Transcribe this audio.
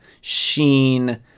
sheen